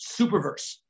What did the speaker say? Superverse